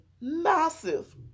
massive